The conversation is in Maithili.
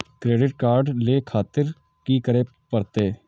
क्रेडिट कार्ड ले खातिर की करें परतें?